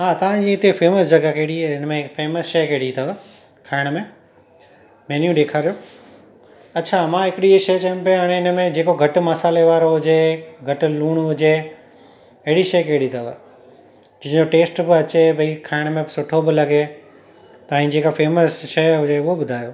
हा तव्हांजे हिते फेमस जॻह कहिड़ी आहे हिन में फेमस शइ कहिड़ी अथव खाइण में मैन्यू ॾेखारियो अच्छा मां हिकिड़ी इहे शइ चइमि पिया मां हाणे हिन में जेको घटि मसाले वारो हुजे घटि लूणु हुजे हेड़ी शइ कहिड़ी अथव जो टेस्ट बि अचे भई खाइण में सुठो बि लॻे तव्हांजी जेका फेमस शइ हुजे उहो ॿुधायो